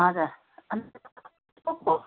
हजुर